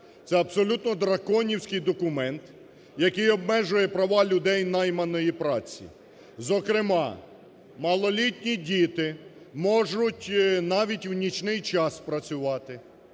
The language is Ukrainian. Це абсолютно драконівський документ, який обмежує права людей найманої праці. Зокрема, малолітні діти можуть навіть у нічний час працювати,